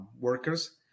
workers